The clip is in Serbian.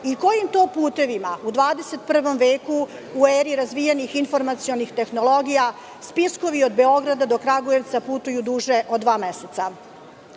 Kojim to putevima u 21. veku, u eri razvijenih informacionih tehnologija spiskovi od Beograda do Kragujevca putuju duže od dva meseca? Nećemo